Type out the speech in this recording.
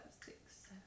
six